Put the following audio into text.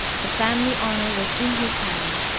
the family honour was in his hands.